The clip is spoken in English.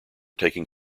taking